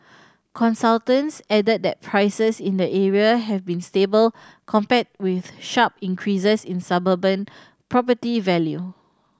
consultants added that prices in the area have been stable compared with sharp increases in suburban property value